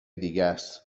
دیگهس